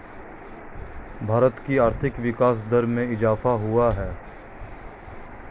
भारत की आर्थिक विकास दर में इजाफ़ा हुआ है